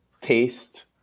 taste